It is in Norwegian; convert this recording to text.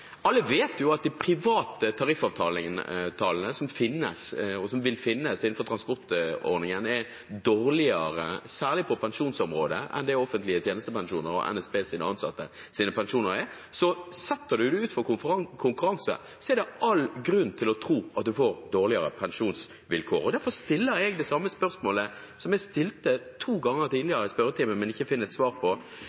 dårligere – særlig på pensjonsområdet – enn det offentlige tjenestepensjoner og NSB-ansattes pensjoner er. Setter man noe ut for konkurranse, er det all grunn til å tro at man får dårligere pensjonsvilkår. Derfor stiller jeg det samme spørsmålet som jeg har stilt to ganger